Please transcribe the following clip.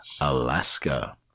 Alaska